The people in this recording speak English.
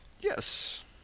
Yes